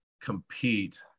compete